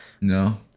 No